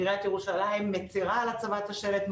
עיריית ירושלים מצרה על הצבת השלט,